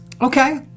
Okay